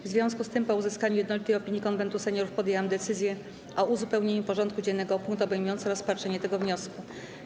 W związku z tym, po uzyskaniu jednolitej opinii Konwentu Seniorów, podjęłam decyzję o uzupełnieniu porządku dziennego o punkt obejmujący rozpatrzenie tego wniosku.